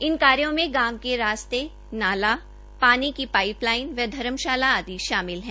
इन कार्यो में गांव के रास्ते नाला पानी की पाइप लाइन व धर्मशाला आदि शामिल हैं